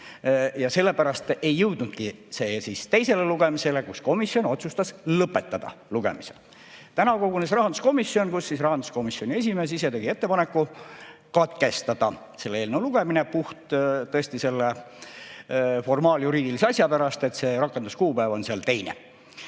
ja sellepärast ei jõudnudki see eelnõu teisele lugemisele. Komisjon otsustas lugemise lõpetada. Täna kogunes rahanduskomisjon ja rahanduskomisjoni esimees ise tegi ettepaneku katkestada selle eelnõu lugemine, tõesti selle formaaljuriidilise asja pärast, et see rakenduskuupäev on seal teine.